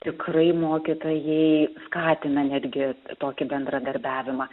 tikrai mokytojai skatina netgi tokį bendradarbiavimą